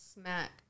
Smack